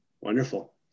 Wonderful